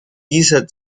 dieser